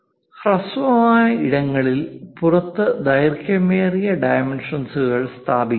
ഹ്രസ്വമായ ഇടങ്ങളിൽ പുറത്ത് ദൈർഘ്യമേറിയ ഡൈമെൻഷൻസ്കൾ സ്ഥാപിക്കുക